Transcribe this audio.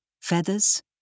feathers